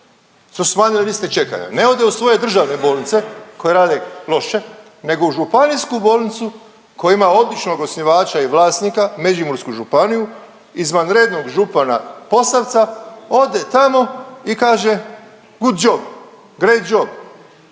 smanjili liste čekanja, ne ode u svoje državne bolnice koje rade loše nego u županijsku bolnicu koja ima odličnog osnivača i vlasnika, Međimursku županiju, izvanrednog župana Posavca, ode tamo i kaže good job, great job.